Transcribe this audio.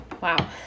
Wow